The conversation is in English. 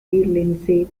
lindsay